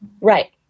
Right